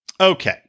Okay